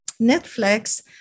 Netflix